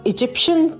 Egyptian